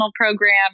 program